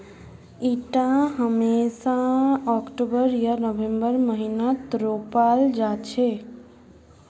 इटा हमेशा अक्टूबर या नवंबरेर महीनात रोपाल जा छे